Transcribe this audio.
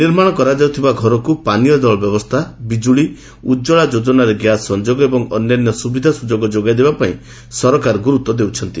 ନିର୍ମାଣ କରାଯାଉଥିବା ଘରକୁ ପାନୀୟଜଳ ବ୍ୟବସ୍ଥା ବିଜୁଳି ଉଜ୍ୱଳା ଯୋଜନାରେ ଗ୍ୟାସ୍ ସଂଯୋଗ ଏବଂ ଅନ୍ୟାନ୍ୟ ସୁବିଧା ସୁଯୋଗ ଯୋଗାଇ ଦେବାପାଇଁ ସରକାର ଗୁରୁତ୍ୱ ଦେଉଛନ୍ତି